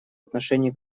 отношении